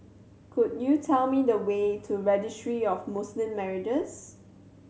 could you tell me the way to Registry of Muslim Marriages